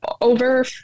over